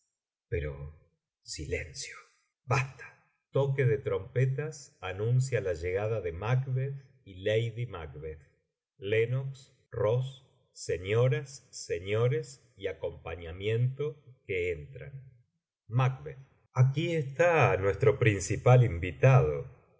pero silencio basta toque de trompetas anuncia la llegada de macbetli y lady macbetli lennox ross señoras señores y acompañamiento que enti'an macb aquí está nuestro principal invitado